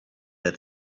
that